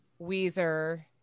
Weezer